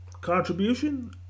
contribution